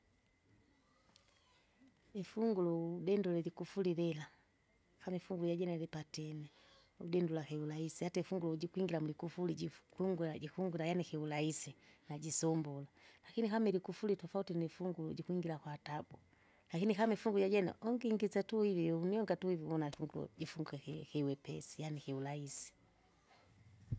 ifunguro dindulile ikufuri lila kama ifungulo jajene lipatene, udindula kiurahisi hata ifunguro jikwingira mulikufuri jufu- kwungura jikungura yaani kiurahisi, najisumbula, lakini kama ilikufuri tofauti nifunguro jikwingira kwatabu. Lakini kama ifunguo jajene ungingisya ungingisya tu ili unionga tu ivi vuna ifunguro jifunge ki- kiwepesi yaani kiurahisi.